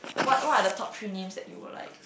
what what are the top three names that you will like